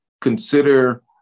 consider